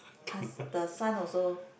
hus~ the son also